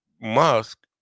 Musk